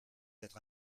être